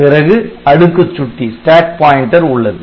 பிறகு அடுக்கு சுட்டி உள்ளது